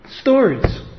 stories